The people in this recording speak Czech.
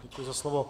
Děkuji za slovo.